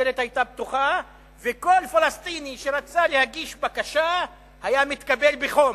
הדלת היתה פתוחה וכל פלסטיני שרצה להגיש בקשה היה מתקבל בחום.